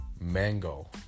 mango